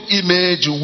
image